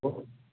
hello